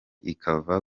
ikava